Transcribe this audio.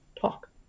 talk